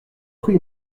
pris